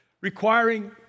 requiring